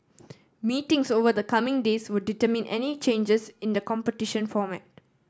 meetings over the coming days would determine any changes in the competition format